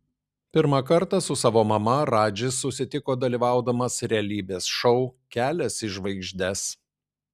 pirmą kartą su savo mama radžis susitiko dalyvaudamas realybės šou kelias į žvaigždes